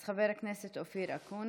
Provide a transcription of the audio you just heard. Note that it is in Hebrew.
אז חבר הכנסת אופיר אקוניס,